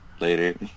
Later